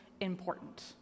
important